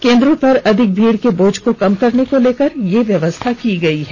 केंद्रों पर अधिक भीड़ के बोझ को कम करने को लेकर यह व्यवस्था की गई है